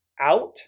out